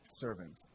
servants